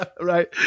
Right